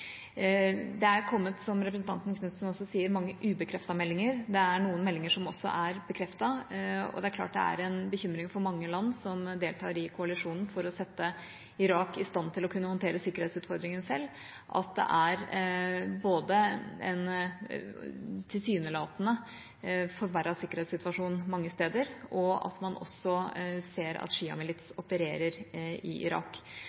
Det er kommet mange ubekreftede meldinger, som representanten Knutsen også sa. Det er også noen meldinger som er bekreftet, og det er klart at det er en bekymring for mange land som deltar i koalisjonen for å sette Irak i stand til å håndtere sikkerhetsutfordringene selv, at det både er en tilsynelatende forverret sikkerhetssituasjon mange steder, og at man ser at sjiamilits opererer i Irak.